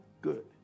good